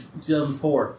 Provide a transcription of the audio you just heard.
2004